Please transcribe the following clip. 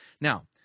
Now